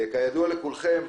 כידוע לכולכם,